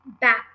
back